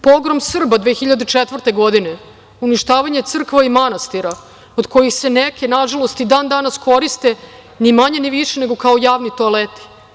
Pogrom Srba 2004. godine, uništavanje crkva i manastira, od kojih se neke nažalost i dana danas koriste ni manje, ni više, nego kao javni toaleti.